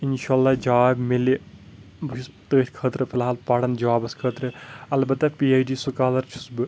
انشاہ اللہ جاب مِلہِ بہٕ چھُس تٔتھۍ خٲطرٕ فی الحال پران جابس خٲطرٕ البتہ پی اٮ۪چ ڈی سکالر چھُس بہٕ